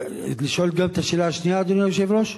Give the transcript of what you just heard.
לשאול גם את השאלה השנייה, אדוני היושב-ראש?